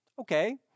Okay